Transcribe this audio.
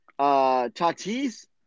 Tatis